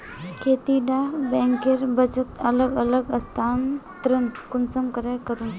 खेती डा बैंकेर बचत अलग अलग स्थानंतरण कुंसम करे करूम?